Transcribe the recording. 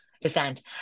descent